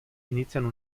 iniziano